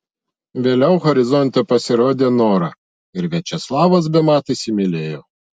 vėliau horizonte pasirodė nora ir viačeslavas bemat įsimylėjo